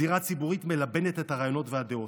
הזירה הציבורית מלבנת את הרעיונות והדעות,